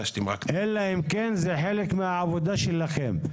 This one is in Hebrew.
אלא אם כן זה חלק מהעבודה שלכם.